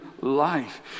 life